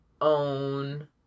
own